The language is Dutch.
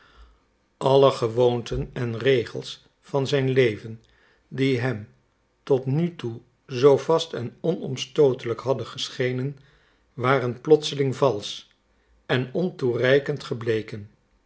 alle gewoonten en regels van zijn leven die hem tot nu toe zoo vast en onomstootelijk hadden geschenen waren plotseling valsch en ontoereikend gebleken